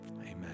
Amen